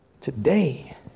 Today